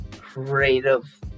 creative